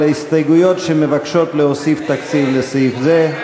ההסתייגויות שמבקשות להוסיף תקציב לסעיף זה.